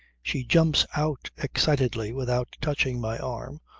she jumps out excitedly without touching my arm,